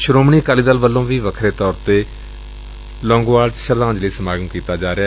ਸ੍ਰੋਮਣੀ ਅਕਾਲੀ ਦਲ ਵਲੋਂ ਵੀ ਵੱਖਰੇ ਤੌਰ ਤੇ ਲੌਂਗੋਵਾਲ 'ਚ ਸ਼ਰਧਾਜ਼ਲੀ ਸਮਾਗਮ ਕੀਤਾ ਜਾ ਰਿਹਾ